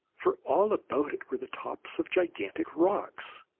for all about it were the tops of gigantic rocks,